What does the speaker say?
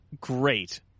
great